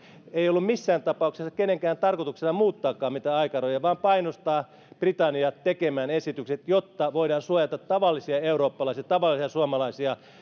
ei ollut missään tapauksessa kenenkään tarkoituksena muuttaakaan mitään aikarajoja vaan painostaa britanniaa tekemään esitykset jotta voidaan suojata tavallisia eurooppalaisia tavallisia suomalaisia